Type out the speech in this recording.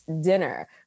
dinner